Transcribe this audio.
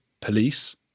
police